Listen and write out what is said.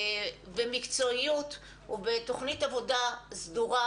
במקצועיות ובתוכנית עבודה סדורה,